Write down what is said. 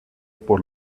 por